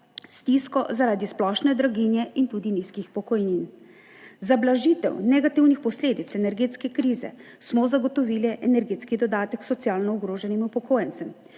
stisko zaradi splošne draginje in tudi nizkih pokojnin. Za blažitev negativnih posledic energetske krize smo zagotovili energetski dodatek socialno ogroženim upokojencem